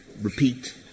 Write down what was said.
repeat